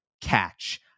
catch